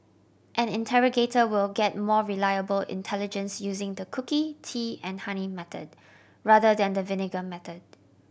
an interrogator will get more reliable intelligence using the cookie tea and honey method rather than the vinegar method